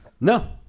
No